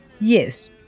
Yes